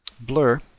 blur